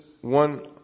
one